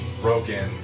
Broken